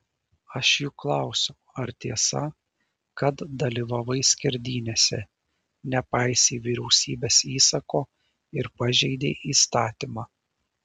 aš juk klausiu ar tiesa kad dalyvavai skerdynėse nepaisei vyriausybės įsako ir pažeidei įstatymą